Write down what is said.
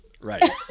right